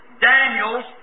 Daniel's